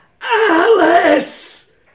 Alice